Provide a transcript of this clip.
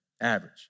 Average